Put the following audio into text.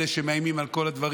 אלה שמאיימים על כל הדברים.